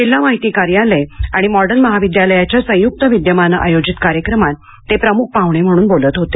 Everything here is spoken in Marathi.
जिल्हा माहिती कार्यालय आणि मॉडर्न महाविद्यालयाच्या संयुक्त विद्यमाने आयोजित कार्यक्रमात ते प्रमुख पाहणे म्हणून बोलत होते